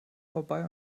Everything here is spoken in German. vorbei